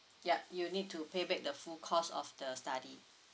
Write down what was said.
yup you need to pay back the full cost of the study